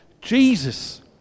Jesus